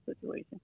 situation